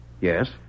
Yes